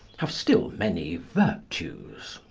have still many virtues.